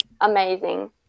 amazing